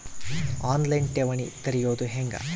On line ಠೇವಣಿ ತೆರೆಯೋದು ಹೆಂಗ?